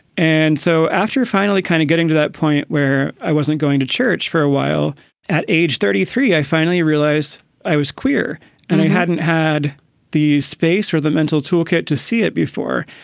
and so after finally kind of getting to that point where i wasn't going to church for a while at age thirty three, i finally realized i was queer and i hadn't had the space or the mental toolkit to see it before.